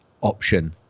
option